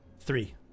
Three